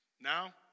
Now